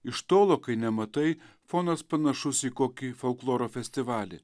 iš tolo kai nematai fonas panašus į kokį folkloro festivalį